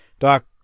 Doc